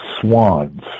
swans